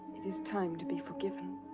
it is time to be forgiven.